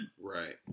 Right